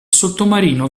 sottomarino